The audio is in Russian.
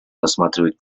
рассматривает